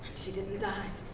she didn't die.